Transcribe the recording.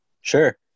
Sure